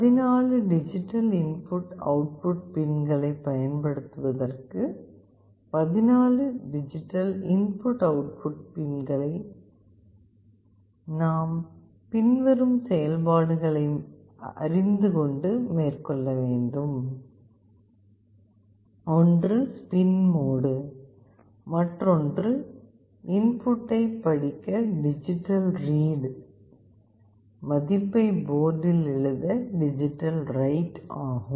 14 digital input output பின்களைப் பயன்படுத்துவதற்கு பின்வரும் செயல்பாடுகளை நாம் அறிந்து கொள்ள வேண்டும் ஒன்று ஸ்பின் மோடு மற்றொன்று இன்புட்டைப் படிக்க டிஜிட்டல் ரீடு மதிப்பை போர்டில் எழுத டிஜிட்டல் ரைட் ஆகும்